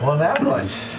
um that was